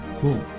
Cool